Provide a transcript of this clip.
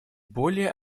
более